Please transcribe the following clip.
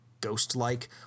ghost-like